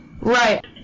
Right